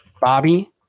Bobby